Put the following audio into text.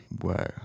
Wow